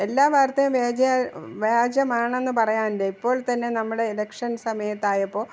എല്ലാ വാർത്തയും വ്യാജമാണെന്ന് പറയാനില്ല ഇപ്പോൾ തന്നെ നമ്മുടെ ഇലക്ഷൻ സമയത്തായപ്പോള്